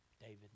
David